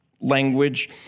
language